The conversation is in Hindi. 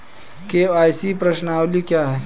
के.वाई.सी प्रश्नावली क्या है?